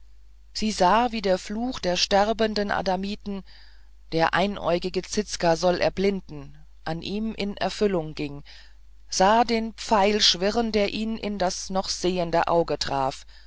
sie sah wie der fluch der sterbenden adamiten der einäugige zizka solle erblinden an ihm in erfüllung ging sah den pfeil schwirren der ihn in das noch sehende auge traf